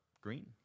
green